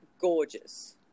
gorgeous